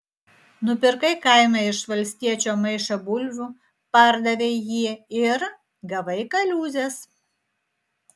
nupirkai kaime iš valstiečio maišą bulvių pardavei jį ir gavai kaliūzės